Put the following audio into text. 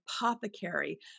apothecary